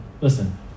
Listen